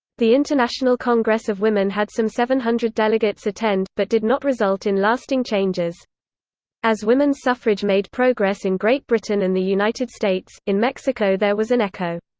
the international congress of women had some seven hundred delegates attend, but did not result in lasting changes as women's suffrage made progress in great britain and the united states, in mexico there was an echo.